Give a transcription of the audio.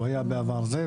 הוא היה בעבר זה,